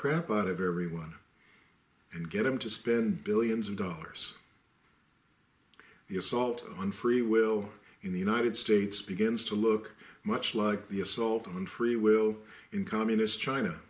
crap out of everyone and get them to spend billions of dollars the assault on free will in the united states begins to look much like the assault on free will in communist china